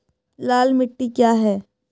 लाल मिट्टी क्या है?